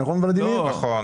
כן, במקור.